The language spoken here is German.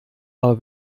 aber